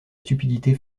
stupidité